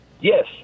Yes